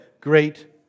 great